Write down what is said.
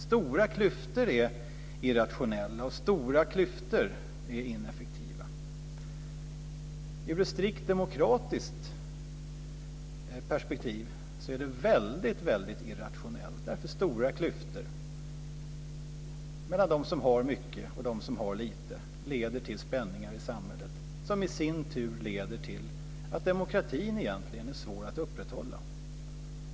Stora klyftor är irrationella och ineffektiva. Ur ett strikt demokratiskt perspektiv är det väldigt irrationellt, därför att för stora klyftor mellan dem som har mycket och dem som har lite leder till spänningar i samhället, som i sin tur leder till att demokratin egentligen är svår att upprätthålla.